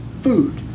food